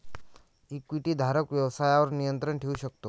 इक्विटीधारक व्यवसायावर नियंत्रण ठेवू शकतो